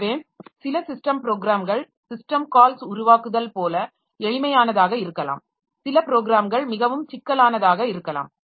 எனவே சில ஸிஸ்டம் ப்ரோக்ராம்கள் சிஸ்டம் கால்ஸ் உருவாக்குதல் போல் எளிமையானதாக இருக்கலாம் சில ப்ரோக்ராம்கள் மிகவும் சிக்கலானதாக இருக்கலாம்